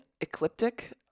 ecliptic